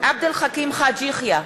עבד אל חכים חאג' יחיא,